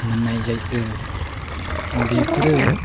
मोननाय जायो बेफोरो